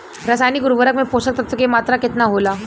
रसायनिक उर्वरक मे पोषक तत्व के मात्रा केतना होला?